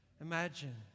Imagine